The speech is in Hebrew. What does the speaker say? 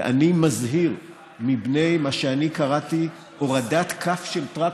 ואני מזהיר מפני מה שאני קראתי הורדת כף של טרקטור,